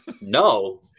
No